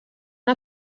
una